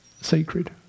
sacred